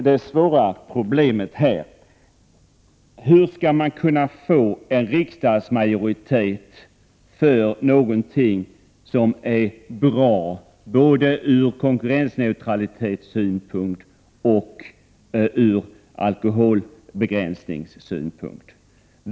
Det svåra problemet är hur man skall kunna få en riksdagsmajoritet för någonting som är bra från både konkurrensneutralitetssynpunkt och alkoholbegränsningssynpunkt.